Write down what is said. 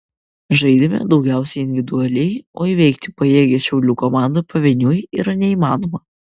žaidėme daugiausiai individualiai o įveikti pajėgią šiaulių komandą pavieniui yra neįmanoma